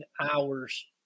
hours